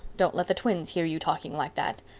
don't let the twins hear you talking like that,